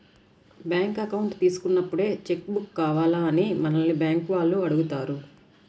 bank account తీసుకున్నప్పుడే cheque book కావాలా అని మనల్ని బ్యేంకుల వాళ్ళు అడుగుతారు